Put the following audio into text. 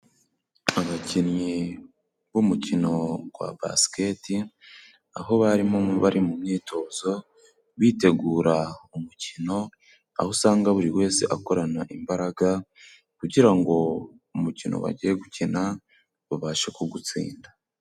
Abakinnyi b'umukino wa basiketi aho barimo bari mu myitozo bitegura umukino aho usanga buri wese akorana imbaraga kugira ngo umukino bagiye gukina babashe kugutsinda.